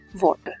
water